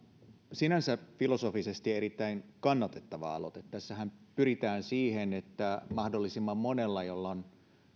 sinänsä filosofisesti erittäin kannatettava aloite tässähän pyritään siihen että mahdollisimman monella jolla on